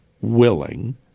willing